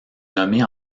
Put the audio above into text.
nommée